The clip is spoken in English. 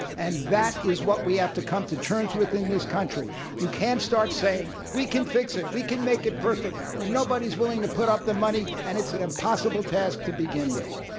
and that is what we have to come to terms with in this country you can't start saying, we can fix it. we can make it perfect, when nobody's willing to put up the money, and it's an impossible task to begin with.